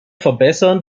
verbessern